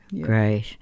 Great